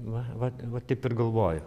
va va va taip ir galvoju